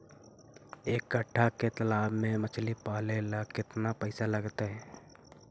एक कट्ठा के तालाब में मछली पाले ल केतना पैसा लगतै?